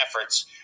efforts